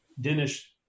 Dennis